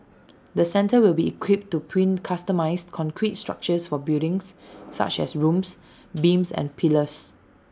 the centre will be equipped to print customised concrete structures for buildings such as rooms beams and pillars